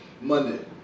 Monday